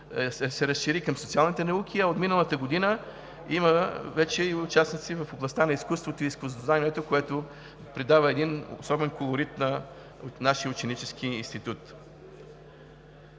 се разшири към социалните науки. От миналата година има вече и участници в областта на изкуството и изкуствознанието, което придава един особен колорит на нашия ученически институт.